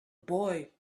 boy